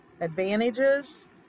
advantages